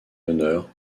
honneur